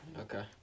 Okay